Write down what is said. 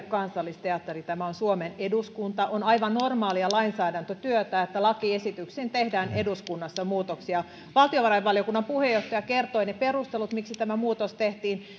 kansallisteatteri tämä on suomen eduskunta on aivan normaalia lainsäädäntötyötä että lakiesityksiin tehdään eduskunnassa muutoksia valtiovarainvaliokunnan puheenjohtaja kertoi ne perustelut miksi tämä muutos tehtiin